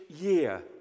year